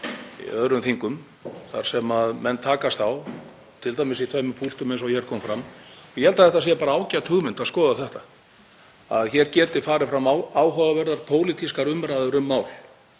þar sem menn takast á, t.d. í tveimur púltum eins og hér kom fram, og ég held að þetta sé bara ágæt hugmynd að skoða þetta, að hér geti farið fram áhugaverðar pólitískar umræður um mál